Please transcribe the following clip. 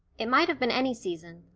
it might have been any season,